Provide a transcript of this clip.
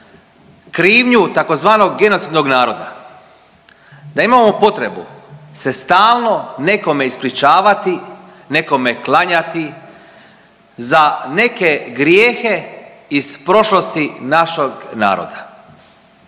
krivnju tzv. genocidnog naroda, da imamo potrebu se stalno nekome ispričavati, nekome klanjati za neke grijehe iz prošlosti našeg naroda.